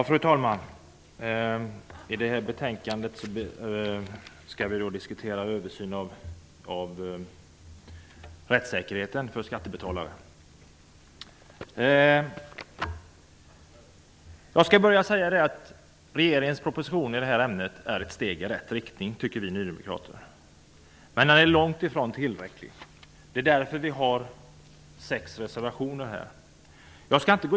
Fru talman! Skatteutskottets betänkande SkU31 behandlar rättssäkerhet vid beskattningen. Vi nydemokrater tycker att regeringens proposition i detta ärende är ett steg i rätt riktning. Men den är långt ifrån tillräcklig. Det är därför vi har sex reservationer till betänkandet.